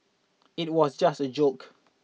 it was just a joke